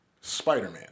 Spider-Man